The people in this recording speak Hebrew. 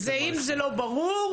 אם זה לא ברור,